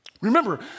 remember